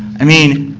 i mean,